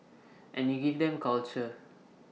and you give them culture